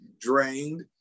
drained